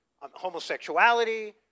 homosexuality